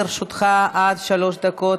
לרשותך עד שלוש דקות.